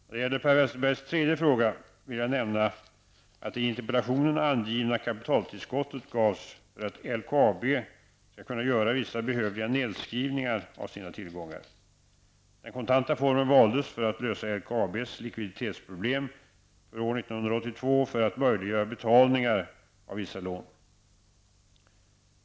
När det gäller Per Westerbergs tredje fråga vill jag nämna att det i interpellationen angivna kapitaltillskottet gavs för att LKAB skall kunna göra vissa behövliga nedskrivningar av sina tillgångar. Den kontanta formen valdes för att lösa LKABs likviditetsproblem för år 1982 och för att möjliggöra betalningar av vissa lån .